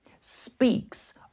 speaks